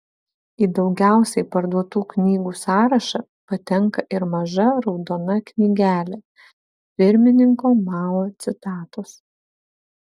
į daugiausiai parduotų knygų sąrašą patenka ir maža raudona knygelė pirmininko mao citatos